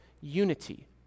unity